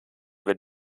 wird